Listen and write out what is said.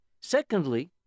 Secondly